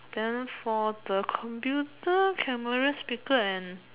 then for the computer camera speaker and